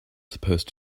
supposed